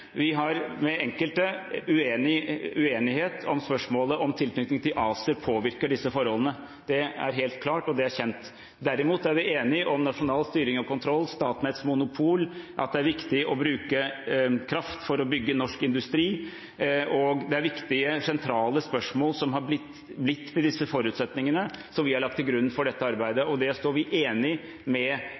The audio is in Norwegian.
Vi er enige om mye. Vi har uenighet med enkelte i spørsmålet om hvorvidt tilknytning til ACER påvirker disse forholdene. Det er helt klart, og det er kjent. Derimot er vi enige om nasjonal styring og kontroll, Statnetts monopol og at det er viktig å bruke kraft for å bygge norsk industri. Det er viktige, sentrale spørsmål som har blitt til de forutsetningene som vi har lagt til grunn for dette arbeidet, og det er vi enige med